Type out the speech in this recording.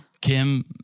Kim